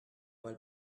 while